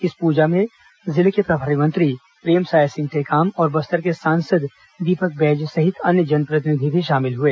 इस पूजा में जिले के प्रभारी मंत्री प्रेमसाय सिंह टेकाम और बस्तर के सांसद दीपक बैज सहित अन्य जनप्रतिनिधि भी शामिल हुए